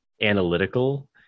analytical